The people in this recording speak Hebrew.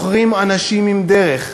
בוחרים אנשים עם דרך,